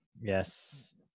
Yes